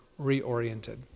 reoriented